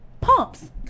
pumps